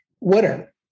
water